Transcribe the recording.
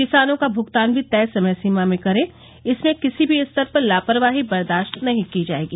किसानों का भुगतान भी तय समय सीमा में करें इसमें किसी भी स्तर पर लापरवाही बर्दाश्त नहीं की जाएगी